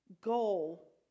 goal